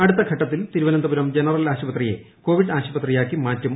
അടുത്ത ഘട്ടത്തിൽ തിരുവനന്തപുരം ജന്റരിൽ ആശുപത്രിയെ കോവിഡ് ആശുപത്രിയാക്കി മാറ്റും